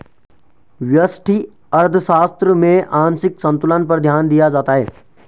व्यष्टि अर्थशास्त्र में आंशिक संतुलन पर ध्यान दिया जाता है